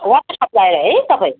water supplier है तपाईँ